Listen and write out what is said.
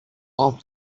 off